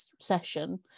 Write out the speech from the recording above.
session